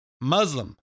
Muslim